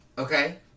Okay